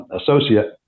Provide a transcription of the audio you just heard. associate